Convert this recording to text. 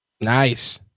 Nice